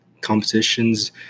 competitions